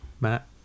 Matt